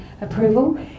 approval